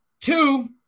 Two